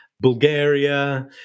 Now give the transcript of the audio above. Bulgaria